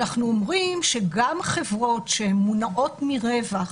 אנחנו אומרים שגם חברות שמונעות מרווח